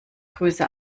grüße